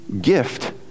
gift